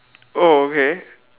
oh okay